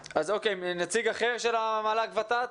נציג אחר של המל"ג ות"ת?